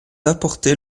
apporter